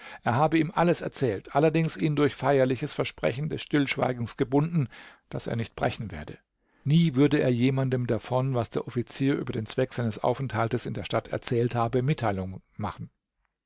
er habe ihm alles erzählt allerdings ihn durch feierliches versprechen des stillschweigens gebunden das er nicht brechen werde nie würde er jemandem davon was der offizier über den zweck seines aufenthaltes in der stadt erzählt habe mitteilung machen